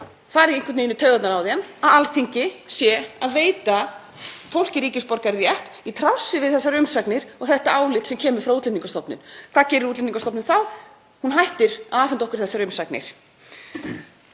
það fari einhvern veginn í taugarnar á þeim að Alþingi sé að veita fólki ríkisborgararétt í trássi við þessar umsagnir og þetta álit sem kemur frá Útlendingastofnun. Hvað gerir Útlendingastofnun þá? Hún hættir að afhenda okkur þessar umsagnir.